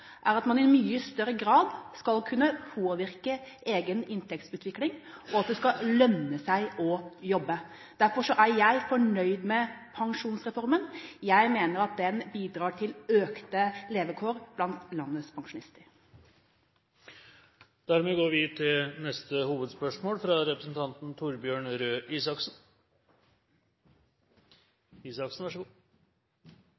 er at man i mye større grad skal kunne påvirke egen inntektsutvikling, og at det skal lønne seg å jobbe. Derfor er jeg fornøyd med pensjonsreformen. Jeg mener at den bidrar til bedrede levekår blant landets pensjonister. Vi går til neste hovedspørsmål.